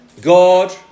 God